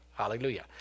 Hallelujah